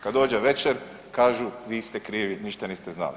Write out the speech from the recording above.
Kad dođe večer kažu vi ste krivi, ništa niste znali.